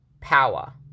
power